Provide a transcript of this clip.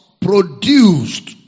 produced